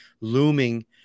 looming